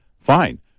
Fine